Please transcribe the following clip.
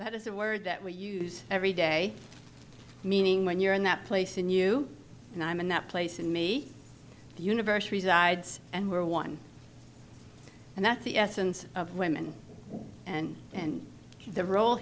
that is a word that we use every day meaning when you're in that place in you and i'm in that place in me the universe resides and we're one and that's the essence of women and and the role